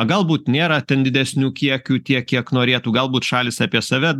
galbūt nėra ten didesnių kiekių tiek kiek norėtų galbūt šalys apie save